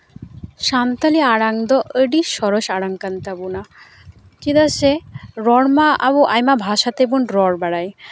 ᱥᱟᱱᱛᱟᱲᱤ ᱟᱲᱟᱝ ᱫᱚ ᱟᱹᱰᱤ ᱥᱚᱨᱮᱥ ᱟᱲᱟᱝ ᱠᱟᱱ ᱛᱟᱵᱳᱱᱟ ᱪᱮᱫᱟᱜ ᱥᱮ ᱨᱚᱲᱢᱟ ᱟᱵᱚ ᱟᱭᱢᱟ ᱵᱷᱟᱥᱟ ᱛᱮᱵᱚᱱ ᱨᱚᱲ ᱵᱟᱟᱭ